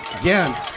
again